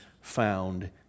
found